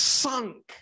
sunk